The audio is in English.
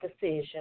decision